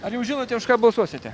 ar jau žinote už ką balsuosite